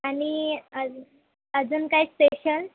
आणि अजू अजून काय स्पेशल